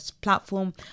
platform